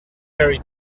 very